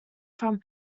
from